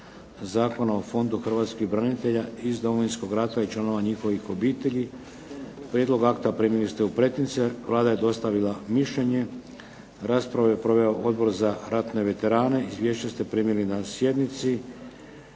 Zakona o hrvatskih branitelja iz Domovinskog rata i članova njihovih obitelji. Prijedlog akta primili ste u pretince. Vlada je dostavila mišljenje. Raspravu je proveo Odbor za ratne veterane. Izvješća ste primili na sjednici.